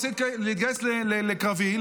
רוצה להתגייס לקרבי,